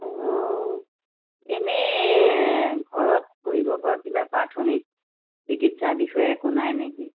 অঁ এনেই ঘৰত কৰিব পৰা কিবা প্ৰাথমিক চিকিৎসাৰ বিষয়ে একো নাই নেকি